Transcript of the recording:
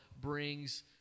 brings